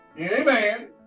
Amen